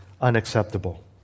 unacceptable